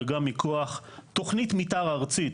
וגם מכוח תוכנית מתאר ארצית,